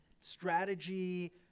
strategy